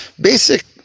basic